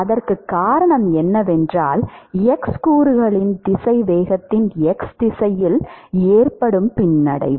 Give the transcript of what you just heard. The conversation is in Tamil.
அதற்குக் காரணம் என்னவென்றால் x கூறுகளின் திசைவேகத்தின் x திசையில் ஏற்படும் பின்னடைவு